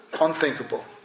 unthinkable